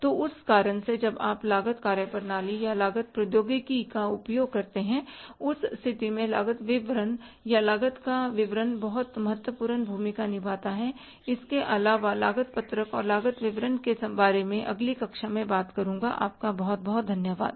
तो उस कारण से जब आप लागत कार्यप्रणाली या लागत प्रौद्योगिकी का उपयोग करते हैं उस स्थिति में लागत विवरण या लागत का विवरण बहुत महत्वपूर्ण भूमिका निभाता है इसके अलावा लागत पत्रक और लागत विवरण के बारे में मैं अगली कक्षा में बात करूँगा आपका बहुत बहुत धन्यवाद